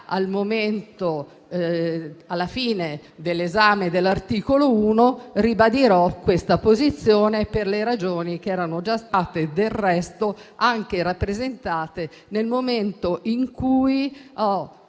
alla fine dell'esame dell'articolo 1, ribadirò questa posizione per le ragioni che erano già state rappresentate nel momento in cui il